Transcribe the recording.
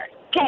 Okay